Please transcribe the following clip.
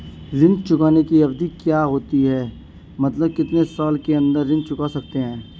ऋण चुकाने की अवधि क्या होती है मतलब कितने साल के अंदर ऋण चुका सकते हैं?